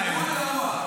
חיים --- תלמדו את האירוע,